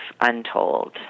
untold